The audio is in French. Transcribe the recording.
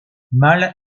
mâles